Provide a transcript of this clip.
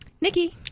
Nikki